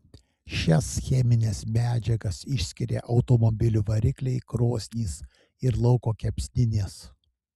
šias chemines medžiagas išskiria automobilių varikliai krosnys ir lauko kepsninės